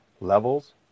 levels